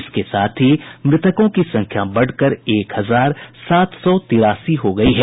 इसके साथ ही मृतकों की संख्या बढकर एक हजार सात सौ तिरासी हो गई है